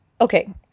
okay